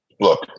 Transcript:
look